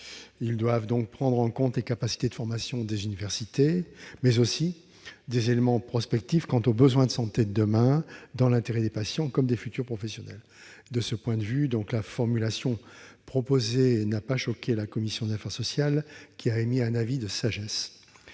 Ils doivent donc prendre en compte les capacités de formation des universités, mais aussi des éléments prospectifs quant aux besoins de santé de demain dans l'intérêt des patients comme des futurs professionnels. De ce point de vue, la formulation proposée n'a pas choqué la commission des affaires sociales, qui a donné un avis de sagesse.